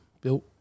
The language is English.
built